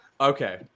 Okay